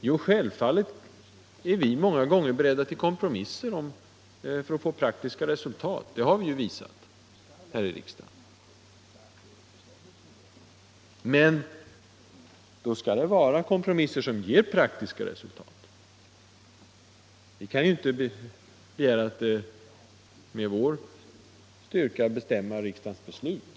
Jo, självfallet är vi många gånger beredda att kompromissa för att få praktiska resultat. Det har vi visat här i riksdagen. Men då skall det vara kompromisser som verkligen ger resultat. Vi kan inte med vår styrka begära att få bestämma riksdagens beslut.